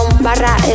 barra